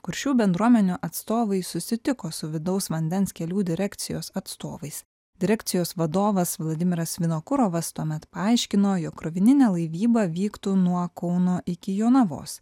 kur šių bendruomenių atstovai susitiko su vidaus vandens kelių direkcijos atstovais direkcijos vadovas vladimiras vinokurovas tuomet paaiškino jog krovininė laivyba vyktų nuo kauno iki jonavos